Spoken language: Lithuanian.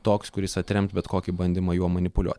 toks kuris atrems bet kokį bandymą juo manipuliuot